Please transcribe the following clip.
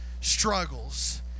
struggles